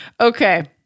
Okay